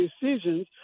decisions